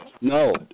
No